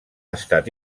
estat